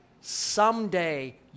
someday